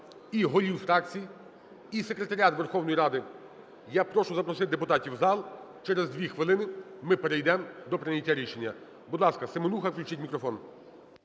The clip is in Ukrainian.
і голів фракцій, і секретаріат Верховної Ради я прошу запросити депутатів у зал. Через 2 хвилини ми перейдемо до прийняття рішення. Будь ласка, Семенуха. Включіть мікрофон.